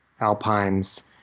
alpines